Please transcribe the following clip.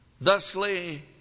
Thusly